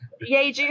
Yay